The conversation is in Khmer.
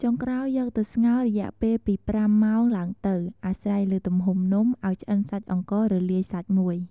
ចុងក្រោយយកទៅស្ងោរយៈពេល ពី៥ម៉ោងឡើងទៅ អាស្រ័យលើទំហំនំ ឱ្យឆ្អិនសាច់អង្កររលាយសាច់មួយ។